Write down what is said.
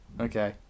Okay